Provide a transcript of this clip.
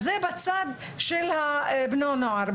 זה בצד של בני הנוער.